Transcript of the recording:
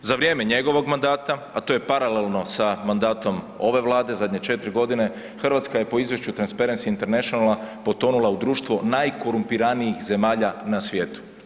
Za vrijeme njegovog mandata, a to je paralelno sa mandatom ove Vlade zadnje četiri godine, Hrvatska je po izvješću Transparency Interantionala potonula u društvo najkorumpiranijih zemalja na svijetu.